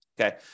Okay